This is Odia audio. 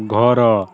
ଘର